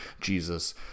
Jesus